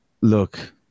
Look